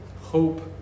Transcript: hope